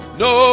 no